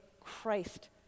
Christ